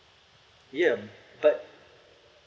ya but